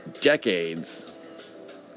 decades